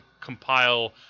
compile